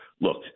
Look